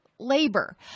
labor